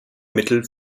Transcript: mittel